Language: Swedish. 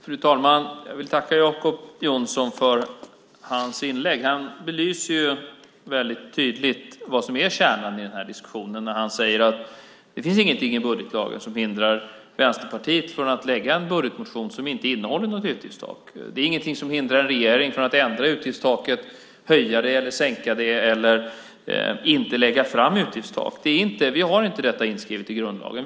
Fru talman! Jag vill tacka Jacob Johnson för hans inlägg. Han belyser väldigt tydligt vad som är kärnan i den här diskussionen när han säger att det inte finns någonting i budgetlagen som hindrar Vänsterpartiet från att väcka en budgetmotion som inte innehåller något utgiftstak. Det finns ingenting som hindrar en regering från att ändra utgiftstaket, höja det eller sänka det, eller inte lägga fram utgiftstak. Vi har inte detta inskrivet i grundlagen.